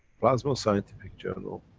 plasma scientific journal,